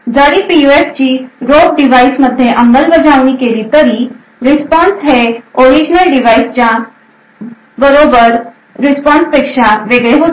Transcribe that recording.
जरी पीयूएफ ची रोबडिव्हाइस मध्ये अंमलबजावणी केली तरी रिस्पॉन्स हे ओरिजनल डिव्हाइस च्या बरोबर रिस्पॉन्स पेक्षा वेगळे होते